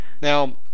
now